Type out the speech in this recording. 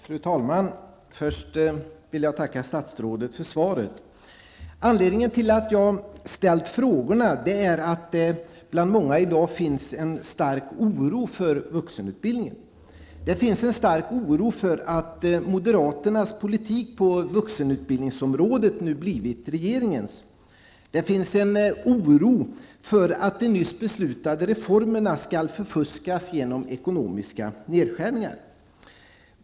Fru talman! Jag ber först att få tacka statsrådet för svaret. Anledningen till att jag har ställt mina frågor är att det i dag bland många finns en stark oro för vuxenutbildningen. Det finns en stark oro för att moderaternas politik på vuxenutbildningsområdet nu har blivit regeringens. Det finns också en oro för att de nyss beslutade reformerna skall förfuskas genom ekonomiska nedskärningar.